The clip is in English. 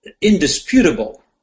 indisputable